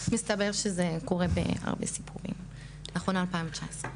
מסתבר שזה קורה בהרבה סיפורים, נכון ל-2019.